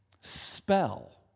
spell